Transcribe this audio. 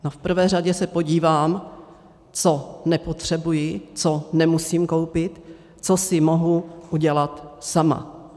V prvé řadě se podívám, co nepotřebuji, co nemusím koupit, co si mohu udělat sama.